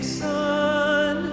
sun